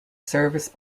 service